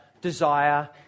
desire